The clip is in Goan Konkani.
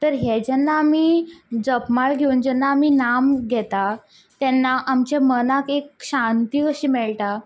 तर हें जेन्ना आमी जप माळ घेवन जेन्ना नाम घेतात तेन्ना आमचे मनाक एक शांती अशी मेळटा